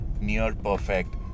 near-perfect